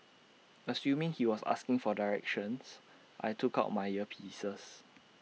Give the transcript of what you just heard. assuming he was asking for directions I took out my earpieces